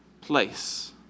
place